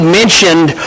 mentioned